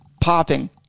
popping